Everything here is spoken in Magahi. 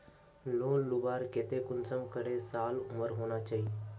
लोन लुबार केते कुंसम करे साल उमर होना चही?